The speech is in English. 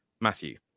Matthew